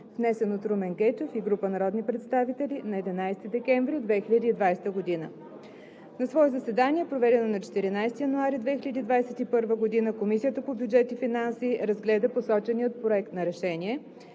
внесен от Румен Гечев и група народни представители на 11 декември 2020 г. На заседание, проведено на 14 януари 2021 г., Комисията по бюджет и финанси разгледа посочения проект на решение.